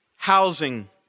Housing